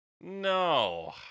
No